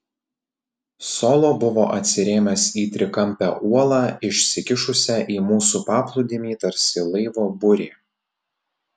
solo buvo atsirėmęs į trikampę uolą išsikišusią į mūsų paplūdimį tarsi laivo burė